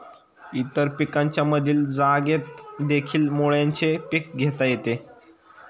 इतर पिकांच्या मधील जागेतदेखील मुळ्याचे पीक घेता येते